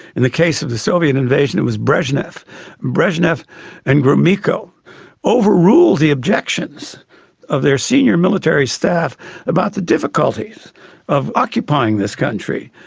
in the case of the soviet invasion it was brezhnev brezhnev and gromyko over-ruled the objections of their senior military staff about the difficulties of occupying this country.